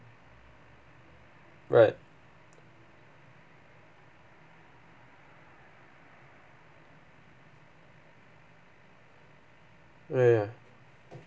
right ya ya